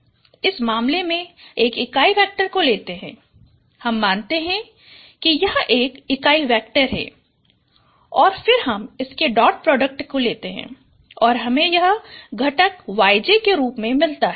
yj Xj S̅ W इसलिए इस मामले में एक इकाई वेक्टर को लेते हैं हम मानते हैं कि यह एक इकाई वेक्टर है और फिर हम इसके डॉट प्रोडक्ट को लेते हैं तो हमें यह घटक yj के रूप में मिलता है